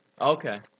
Okay